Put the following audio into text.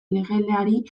legelari